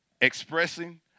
expressing